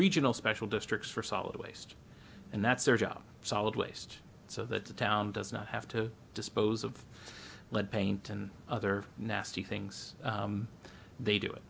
regional special districts for solid waste and that's their job solid waste so that the town does not have to dispose of lead paint and other nasty things they do it